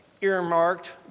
earmarked